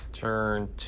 Turn